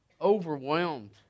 overwhelmed